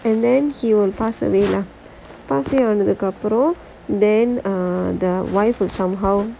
and then he will pass away lah ஆனதுக்கு அப்புறம்:aanathuku appuram then err the wife would somehow